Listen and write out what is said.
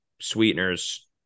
sweeteners